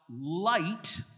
light